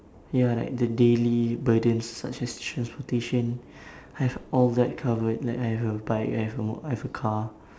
ya like the daily burden such as transportation I've all that covered like I have a bike I have a mo~ I've a car